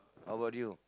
how about you